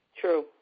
True